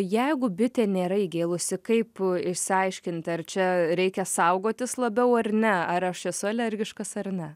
jeigu bitė nėra įgėlusi kaip išsiaiškinti ar čia reikia saugotis labiau ar ne ar aš esu alergiškas ar ne